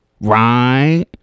Right